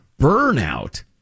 burnout